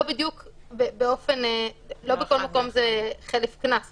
לא בכל מקום זה חלף קנס בהכרח,